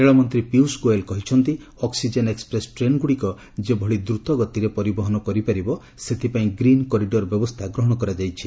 ରେଳମନ୍ତ୍ରୀ ପିୟୁଷ ଗୋୟଲ କହିଛନ୍ତି oxygen express ଟ୍ରେନଗୁଡ଼ିକ ଯେଭଳି ଦ୍ରତଗତିରେ ପରିବହନ କରିପାରିବ ସେଥିପାଇଁ ଗ୍ରୀନ୍ କରିଡର୍ ବ୍ୟବସ୍ଥା ଗ୍ରହଣ କରାଯାଇଛି